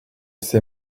ces